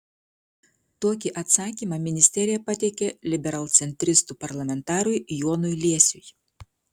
tokį atsakymą ministerija pateikė liberalcentristų parlamentarui jonui liesiui